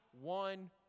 one